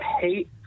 hate